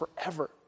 forever